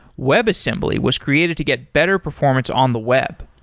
web assembly was created to get better performance on the web.